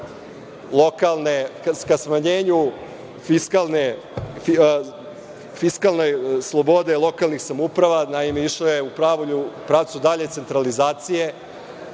išao ka smanjenju fiskalne slobode lokalnih samouprava, naime, išao je u pravcu dalje centralizacije.